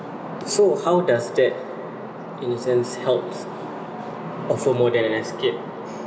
so how does that in a sense help offer more than an escape